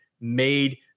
made